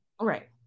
Right